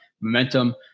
Momentum